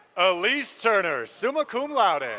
elise turner, summa cum laude. and